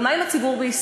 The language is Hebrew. אבל מה עם הציבור בישראל?